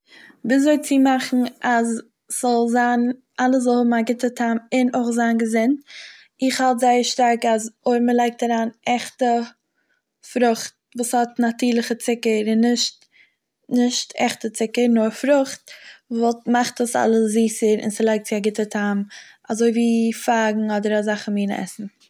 ווי אזוי צו מאכן אז ס'זאל זיין אלעס זאל האבן א גוטע טעם און אויך זיין געזונט, איך האלט זייער שטארק אז אויב מ'לייגט אריין עכטע פרוכט וואס האט נאטורליכע צוקער און נישט- נישט עכטע צוקער נאר פרוכט וואלט- מאכט עס אלעס זיסער און ס'לייגט צו א גוטע טעם אזוי ווי פייגן אדער אזאכע מינע עסן.